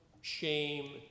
shame